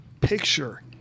picture